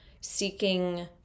seeking